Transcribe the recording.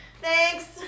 Thanks